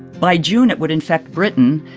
by june, it would infect britain,